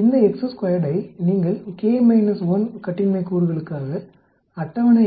இந்த வை நீங்கள் K - 1 கட்டின்மை கூறுகளுக்காக அட்டவணை